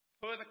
further